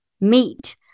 meat